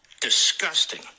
disgusting